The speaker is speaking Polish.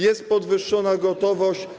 Jest podwyższona gotowość.